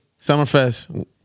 Summerfest